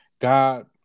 God